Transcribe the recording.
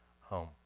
home